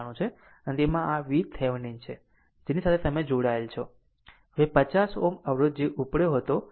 91 છે અને તેમાં VThevenin છે જેની સાથે તમે જોડાયેલ છો હવે 50 Ω અવરોધ જે ઉપડ્યો હતો